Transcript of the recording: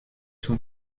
son